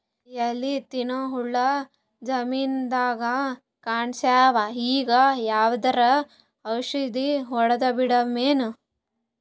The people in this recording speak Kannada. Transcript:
ಎಲಿ ತಿನ್ನ ಹುಳ ಜಮೀನದಾಗ ಕಾಣಸ್ಯಾವ, ಈಗ ಯಾವದರೆ ಔಷಧಿ ಹೋಡದಬಿಡಮೇನ?